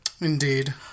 Indeed